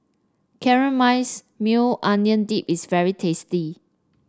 Caramelized Maui Onion Dip is very tasty